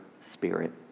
Spirit